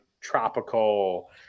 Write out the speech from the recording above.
tropical